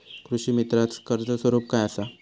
कृषीमित्राच कर्ज स्वरूप काय असा?